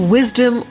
Wisdom